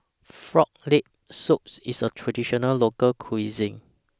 Frog Leg Soup IS A Traditional Local Cuisine